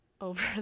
over